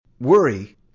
worry